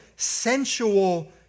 Sensual